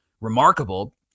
remarkable